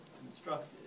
constructed